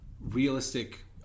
realistic